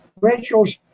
Rachel's